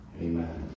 Amen